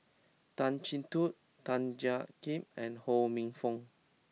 Tan Chin Tuan Tan Jiak Kim and Ho Minfong